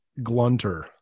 glunter